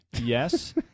Yes